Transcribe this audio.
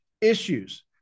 issues